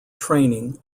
training